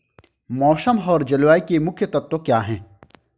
मौसम और जलवायु के मुख्य तत्व क्या हैं?